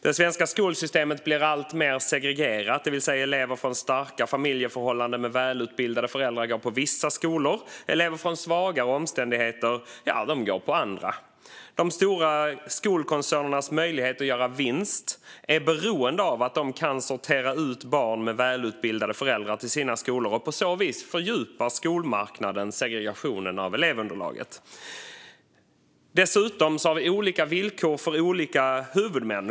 Det svenska skolsystemet blir alltmer segregerat, det vill säga att elever från starka familjeförhållanden med välutbildade föräldrar går på vissa skolor och elever från svagare omständigheter går på andra. De stora skolkoncernernas möjlighet att göra vinst är beroende av att de kan sortera ut barn med välutbildade föräldrar till sina skolor, och på så vis fördjupar skolmarknaden segregationen av elevunderlaget. Dessutom har vi olika villkor för olika huvudmän.